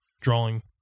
Drawing